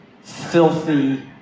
filthy